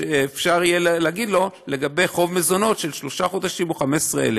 יהיה אפשר להגיד לו לגבי חוב מזונות של שלושה חודשים או 15,000,